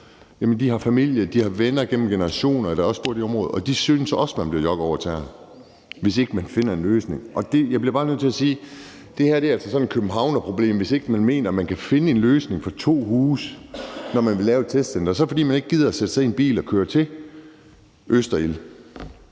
noget, har familie og venner gennem generationer, der også bor i det område, og de synes også, at man bliver jokket over tæerne, hvis ikke vi finder en løsning. Jeg bliver bare nødt til at sige, at det her altså er et københavnerproblem. Hvis ikke man mener, at man kan finde en løsning for to huse, når man vil lave et testcenter, så er det, fordi man ikke gider at sætte sig ind i en bil og køre til Østerild